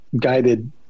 guided